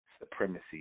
supremacy